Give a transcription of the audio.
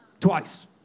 twice